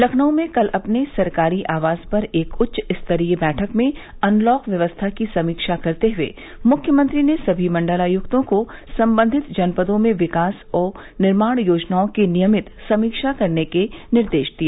लखनऊ में कल अपने सरकारी आवास पर एक उच्च स्तरीय बैठक में अनलॉक व्यवस्था की समीक्षा करते हुए मुख्यमंत्री ने सभी मंडलायुक्तों को संबंधित जनपदों में विकास व निर्माण योजनाओं की नियमित समीक्षा करने के निर्देश दिए